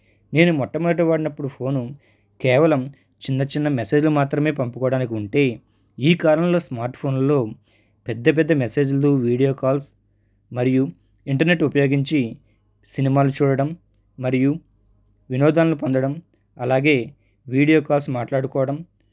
నేను మొట్టమొదటిగా వాడినప్పుడు ఫోను కేవలం చిన్న చిన్న మెసేజులు మాత్రమే పంపుకోవడానికి ఉంటే ఈ కాలంలో స్మార్ట్ ఫోనులో పెద్ద పెద్ద మెసేజులు వీడియో కాల్స్ మరియు ఇంటర్నెట్ ఉపయోగించి సినిమాలు చూడడం మరియు వినోదాలను పొందడం అలాగే వీడియో కాల్స్ మాట్లాడుకోవడం